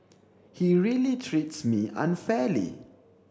he really treats me unfairly